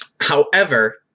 however-